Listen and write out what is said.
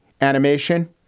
animation